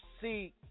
See